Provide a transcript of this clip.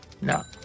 No